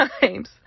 times